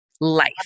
life